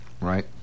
Right